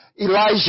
Elijah